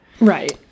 right